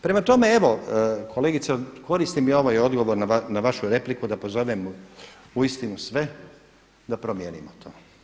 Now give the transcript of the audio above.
Prema tome, evo kolegice koristim i ovaj odgovor na vašu repliku da pozovem uistinu sve da promijenimo to.